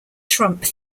trump